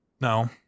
no